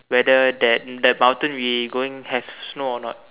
whether that that mountain we going have snow a not